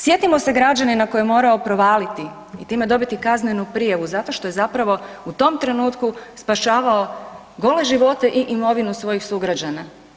Sjetimo se građanina koji je morao provaliti i time dobiti kaznenu prijavu zato što je zapravo u tom trenutku spašavao gole život i imovinu svojih sugrađana.